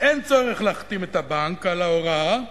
אין צורך להחתים את הבנק על ההוראה,